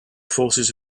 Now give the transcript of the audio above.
forces